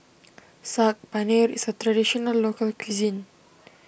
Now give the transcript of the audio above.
Saag Paneer is a Traditional Local Cuisine